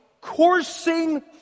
coursing